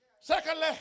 secondly